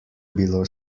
bilo